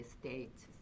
States